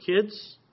kids